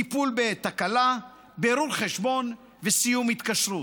טיפול בתקלה, בירור חשבון וסיום התקשרות.